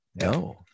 No